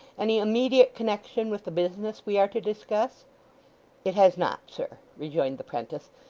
any immediate connection with the business we are to discuss it has not, sir rejoined the prentice.